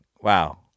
Wow